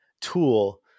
tool